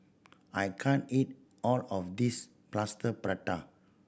I can't eat all of this Plaster Prata